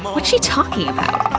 but what's she talking about?